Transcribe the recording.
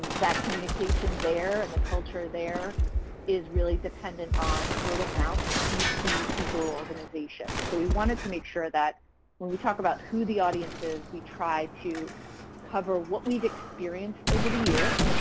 that communication there and the cultural there is really dependent on word of mouth and a few key people or organizations so we wanted to make sure that when we talk about who the audience is, we try to cover what we've experienced over the years,